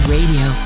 Radio